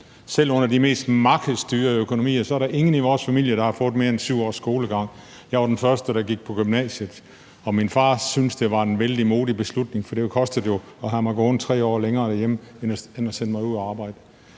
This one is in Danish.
selv under de mest markedsstyrede økonomier, der har fået mere end 7 års skolegang. Jeg var den første, der gik på gymnasiet, og min far syntes, det var en vældig modig beslutning, for det kostede jo at have mig gående 3 år længere derhjemme i stedet for at sende mig ud at arbejde.